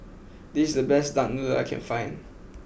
this the best Duck Noodle I can find